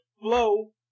Flow